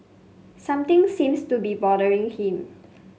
something seems to be bothering him